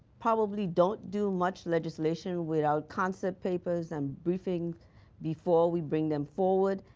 probably don't do much legislation without concept papers and briefing before we bring them forward,